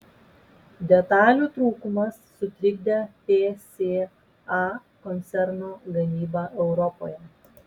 detalių trūkumas sutrikdė psa koncerno gamybą europoje